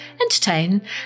entertain